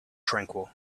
tranquil